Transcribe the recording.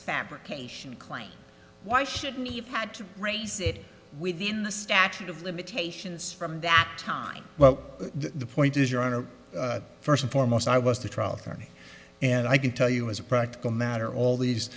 fabrication claim why shouldn't he have had to raise it within the statute of limitations from that time well the point is your honor first and foremost i was a trial for me and i can tell you as a practical matter all these